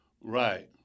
right